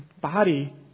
body